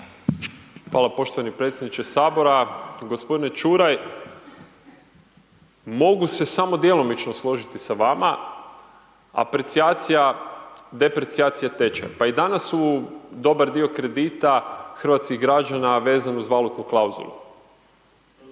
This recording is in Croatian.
Hvala poštovani predsjedniče sabora, gospodine Ćuraj mogu se samo djelomično složiti sa vama, apercijacija, depercijacija tečaja pa i danas u dobar dio kredita hrvatskih građana vezan uz valutnu klauzulu.